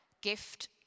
gift